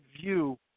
view